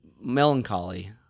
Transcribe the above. melancholy